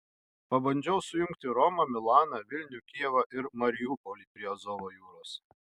pabandžiau sujungti romą milaną vilnių kijevą ir mariupolį prie azovo jūros